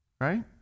right